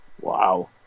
Wow